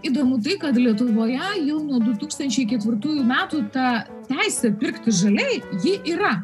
įdomu tai kad lietuvoje jau nuo du tūkstančiai ketvirtųjų metų ta teisė pirkti žaliai ji yra